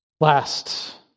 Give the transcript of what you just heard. Last